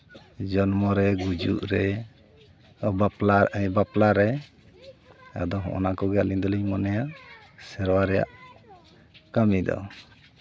ᱡᱚᱱᱢᱚ ᱨᱮ ᱜᱩᱡᱩᱜ ᱨᱮ ᱵᱟᱯᱞᱟ ᱵᱟᱯᱞᱟᱨᱮ ᱟᱫᱚ ᱦᱚᱸᱜᱱᱟ ᱠᱚᱜᱮ ᱟᱹᱞᱤᱧ ᱫᱚᱞᱤᱧ ᱢᱚᱱᱮᱭᱟ ᱥᱮᱨᱣᱟ ᱨᱮᱭᱟᱜ ᱠᱟᱹᱢᱤ ᱫᱚ